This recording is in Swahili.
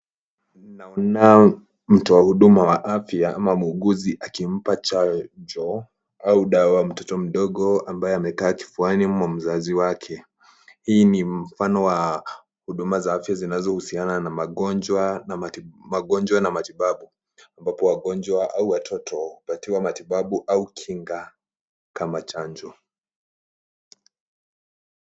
Naona mtu wa huduma wa afya ama muuguzi akimpa chanjo au dawa mtoto mdogo ambaye amekaa kifuani mwa mzazi wake. Hii ni mfano wa huduma za afya zinazohusiana na magonjwa na matibabu, ambapo wagonjwa au watoto hupatiwa matibabu au kinga kama chanjo.